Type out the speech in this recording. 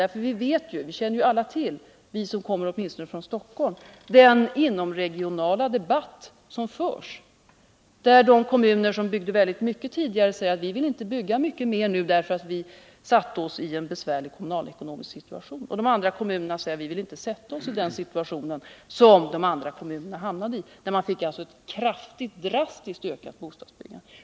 Alla — åtminstone vi som kommer från Stockholm — känner ju till den inomregionala debatt som förs, där de kommuner som tidigare byggde väldigt mycket säger att de nu inte vill bygga mer, eftersom de i samband med det tidigare kraftiga byggandet satte sig i en besvärlig kommunalekonomisk situation. Och övriga kommuner säger att de inte vill sätta sig i den situation som de andra kommunerna hamnade i då vi 49 fick ett drastiskt ökat bostadsbyggande.